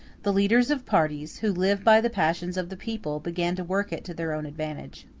the leaders of parties, who live by the passions of the people, began to work it to their own advantage.